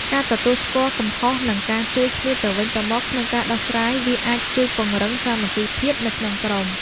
ការទទួលស្គាល់កំហុស និងការជួយគ្នាទៅវិញទៅមកក្នុងការដោះស្រាយវាអាចជួយពង្រឹង សាមគ្គីភាព នៅក្នុងក្រុម។